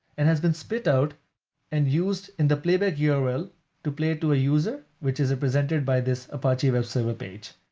and has been split out and used in the playback yeah url to play to a user, which is presented by this apache web server page.